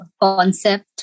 concept